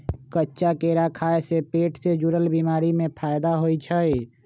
कच्चा केरा खाय से पेट से जुरल बीमारी में फायदा होई छई